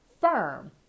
firm